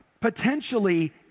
Potentially